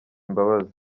imbabazi